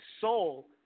soul